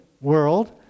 world